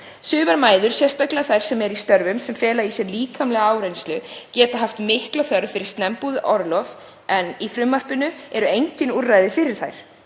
Sumar mæður, sérstaklega þær sem eru í störfum sem fela í sér líkamlega áreynslu, geta haft mikla þörf fyrir snemmbúið orlof en í frumvarpinu eru engin úrræði fyrir þær.